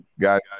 got